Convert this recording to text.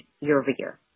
year-over-year